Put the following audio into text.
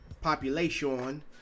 population